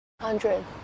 hundred